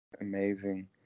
amazing